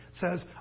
says